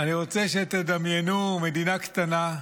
אני רוצה שתדמיינו מדינה קטנה,